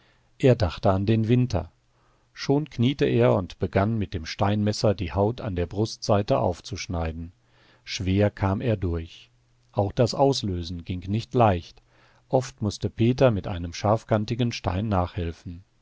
er dachte an den winter schon kniete er und begann mit dem steinmesser die haut an der brustseite aufzuschneiden schwer kam er durch auch das auslösen ging nicht leicht oft mußte peter mit einem scharfkantigen stein nachhelfen